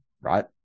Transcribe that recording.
Right